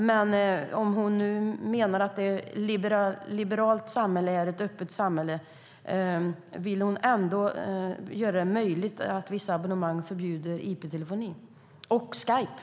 Men om hon nu menar att ett liberalt samhälle är ett öppet samhälle, vill hon ändå göra det möjligt att vissa abonnemang förbjuder IP-telefoni och Skype?